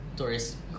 Tourists